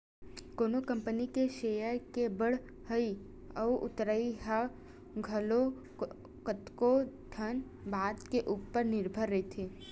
कोनो कंपनी के सेयर के बड़हई अउ उतरई ह घलो कतको ठन बात के ऊपर निरभर रहिथे